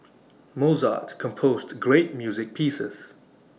Mozart composed great music pieces